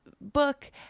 book